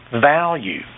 value